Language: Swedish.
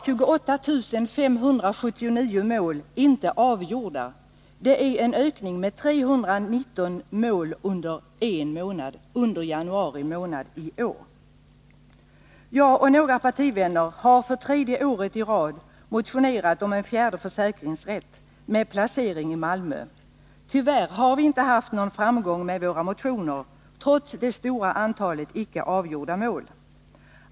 Jag och några partivänner har för tredje året i rad motionerat om en fjärde försäkringsrätt, med placering i Malmö. Tyvärr har vi inte haft någon framgång med våra motioner, trots det stora antalet icke avgjorda mål.